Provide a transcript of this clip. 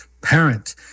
parent